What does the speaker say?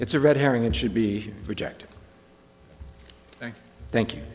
it's a red herring it should be rejected thank you